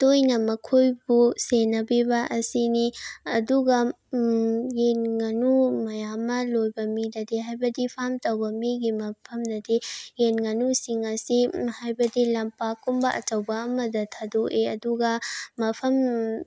ꯇꯣꯏꯅ ꯃꯈꯣꯏꯕꯨ ꯁꯦꯟꯅꯕꯤꯕ ꯑꯁꯤꯅꯤ ꯑꯗꯨꯒ ꯌꯦꯟ ꯉꯥꯅꯨ ꯃꯌꯥꯝꯃ ꯂꯣꯏꯕ ꯃꯤꯗꯗꯤ ꯍꯥꯏꯕꯗꯤ ꯐꯥꯝ ꯇꯧꯕ ꯃꯤꯒꯤ ꯃꯐꯝꯗꯗꯤ ꯌꯦꯟ ꯉꯥꯅꯨꯁꯤꯡ ꯑꯁꯤ ꯍꯥꯏꯕꯗꯤ ꯂꯝꯄꯥꯛꯀꯨꯝꯕ ꯑꯆꯧꯕ ꯑꯃꯗ ꯊꯥꯗꯣꯛꯑꯦ ꯑꯗꯨꯒ ꯃꯐꯝ